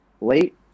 late